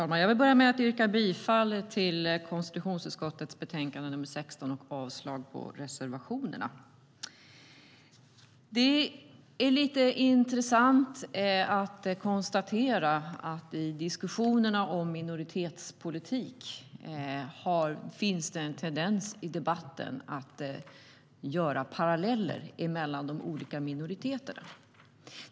Herr talman! Jag yrkar bifall till förslaget i konstitutionsutskottets betänkande nr 16 och avslag på reservationerna. Det är lite intressant att konstatera att det i diskussionerna om minoritetspolitik finns en tendens att dra paralleller mellan de olika minoriteterna.